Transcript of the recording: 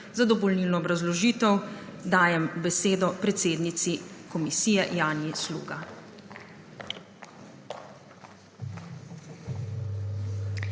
za dopolnilno obrazložitev dajem besedo predsednici komisije, Janji Sluga.